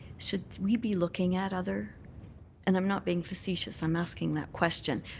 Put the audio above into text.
should we be looking at other and i'm not being fececious. i'm asking that question.